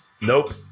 Nope